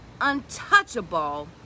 untouchable